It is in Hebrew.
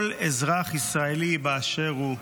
כל אזרח ישראלי באשר הוא,